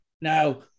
Now